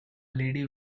lady